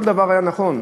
כל דבר היה נכון,